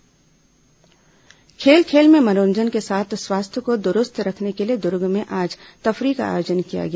तफरीह खेल खेल में मनोरंजन के साथ स्वास्थ्य को दुरुस्त करने के लिए दुर्ग में आज तफरीह का आयोजन किया गया